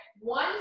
One